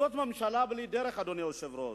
זאת ממשלה בלי דרך, אדוני היושב-ראש,